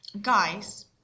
guys